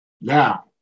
Now